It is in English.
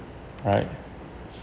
alright